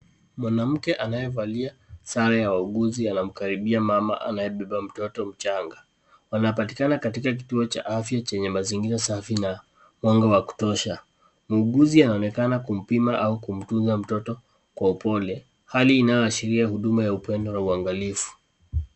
Mwanamke, anayevalia sare ya wauguzi, anamkaribia mama anayebeba mtoto mchanga. Wanapatikana katika kituo cha afya chenye mazingira safi na mwanga wa kutosha. Muuguzi anaonekana kumpima au kumtunza mtoto kwa upole, Hali inayoashiria huduma ya upendo na uangalifu.